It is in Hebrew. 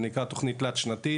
זה נקרא תוכנית תלת-שנתית,